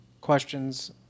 questions